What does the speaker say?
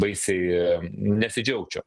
baisiai nesidžiaugčiau